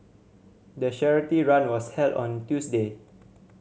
the charity run was held on a Tuesday